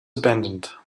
abandoned